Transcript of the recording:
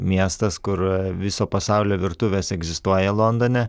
miestas kur viso pasaulio virtuvės egzistuoja londone